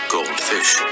Goldfish